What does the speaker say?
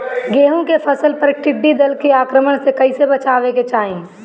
गेहुँ के फसल पर टिड्डी दल के आक्रमण से कईसे बचावे के चाही?